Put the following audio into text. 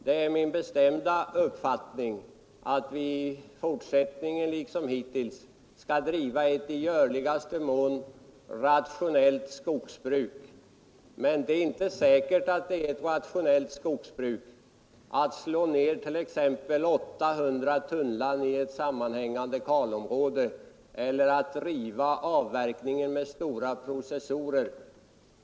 Det är min bestämda uppfattning att vi i fortsättningen liksom hittills bör driva ett i görligaste mån rationellt skogsbruk, men det är inte säkert att det är rationellt skogsbruk att slå ner t.ex. 800 tunnland i ett sammanhängande kalområde eller att driva avverkningen med stora processorer.